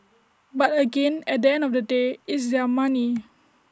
but again at the end of the day is their money